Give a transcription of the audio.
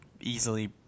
easily